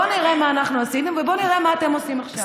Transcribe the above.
בואו נראה מה אנחנו עשינו ובוא נראה מה אתם עושים עכשיו.